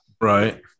right